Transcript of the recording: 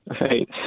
Right